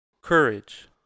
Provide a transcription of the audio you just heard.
courage